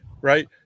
right